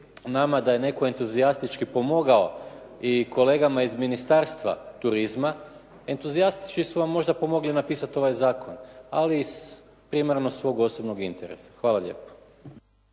nama da je netko entuzijastički pomogao i kolegama iz Ministarstva turizma. Entuzijasti su vam možda pomogli napisati ovaj zakon. Ali primarno iz svog osobnog interesa. Hvala lijepo.